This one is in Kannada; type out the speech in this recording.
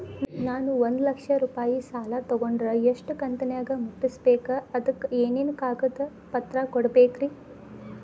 ನಾನು ಒಂದು ಲಕ್ಷ ರೂಪಾಯಿ ಸಾಲಾ ತೊಗಂಡರ ಎಷ್ಟ ಕಂತಿನ್ಯಾಗ ಮುಟ್ಟಸ್ಬೇಕ್, ಅದಕ್ ಏನೇನ್ ಕಾಗದ ಪತ್ರ ಕೊಡಬೇಕ್ರಿ?